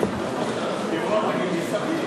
חברי הכנסת,